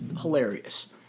hilarious